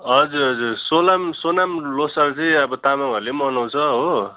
हजुर हजुर सोलाम सोनाम लोसार चाहिँ अब तामाङहरूले मनाउँछ हो